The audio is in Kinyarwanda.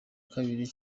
kabiri